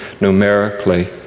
numerically